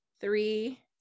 three